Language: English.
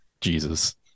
Jesus